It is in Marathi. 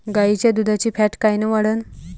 गाईच्या दुधाची फॅट कायन वाढन?